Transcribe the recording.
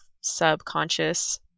subconscious